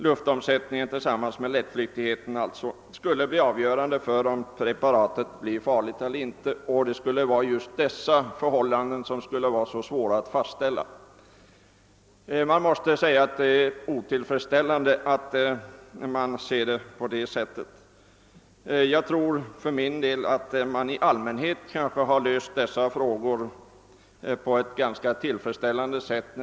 Luftomsättningen och lättflyktigheten skulle alltså bli avgörande för om preparatet blir farligt eller inte, och just dessa förhållanden skulle vara så svåra att fastställa. Jag måste säga att det är otillfredsställande att man ser problemet på det sättet. När det gäller de fasta arbetsplatserna har kanske dessa frågor lösts på ett ganska tillfredsställande sätt.